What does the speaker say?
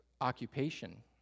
occupation